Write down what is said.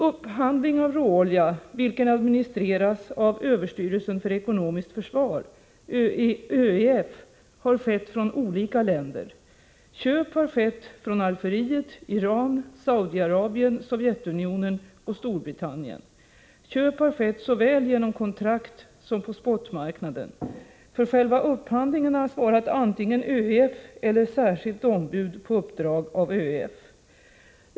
Upphandling av råolja, vilken administreras av överstyrelsen för ekonomiskt försvar , har skett från olika länder. Köp har skett från Algeriet, Iran, Saudiarabien, Sovjetunionen och Storbritannien. Köp har skett såväl genom kontrakt som på spotmarknaden. För själva upphandlingen har svarat antingen ÖEF eller särskilt ombud på uppdrag av ÖEF.